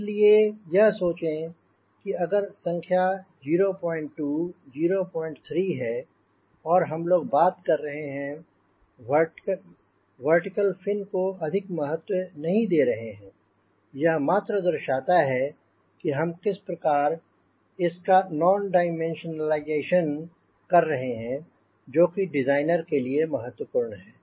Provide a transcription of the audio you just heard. इसलिए यह सोचें कि अगर संख्या 02 03 है और हम लोग बात कर रहे हैं वर्टीकल फिन को अधिक महत्व नहीं दे रहे हैं यह मात्र दर्शाता है कि हम किस प्रकार इसका नॉन डायमेंशनलाइजेशन कर रहे हैं जो कि डिज़ाइनर के लिए महत्वपूर्ण है